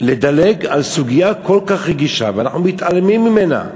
לדלג על סוגיה כל כך רגישה, ואנחנו מתעלמים ממנה,